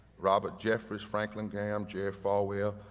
robert jeffress, franklin graham, jerry falwell,